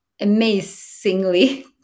amazingly